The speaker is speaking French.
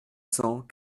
cent